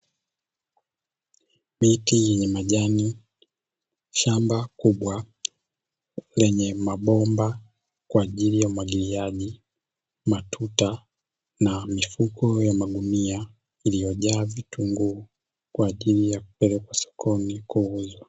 Miti yenye majani, shamba kubwa lenye mabomba kwa ajili ya umwagiliaji, matuta na mifuko ya magunia iliyojaa vitunguu kwa ajili ya kupelekwa sokoni kuuzwa.